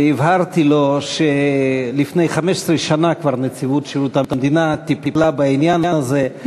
והבהרתי לו שכבר לפני 15 שנה נציבות שירות המדינה טיפלה בעניין הזה,